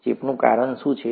ચેપનું કારણ શું છે